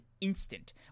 instant